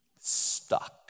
stuck